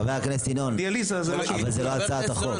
חבר הכנסת ינון, זאת לא הצעת החוק.